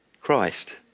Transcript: Christ